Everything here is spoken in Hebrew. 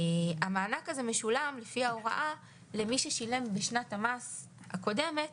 המענק הזה משולם לפי ההוראה למי ששילם בשנת המס הקודמת